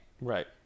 Right